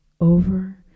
over